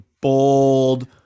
Bold